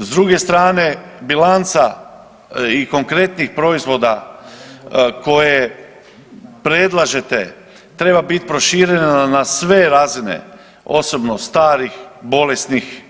S druge strane, bilanca i konkretnih proizvoda koje predlažete treba biti proširena na sve razine, osobno starih, bolesnih,